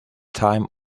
time